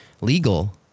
legal